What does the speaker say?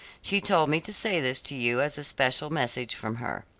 she told me to say this to you as a special message from her.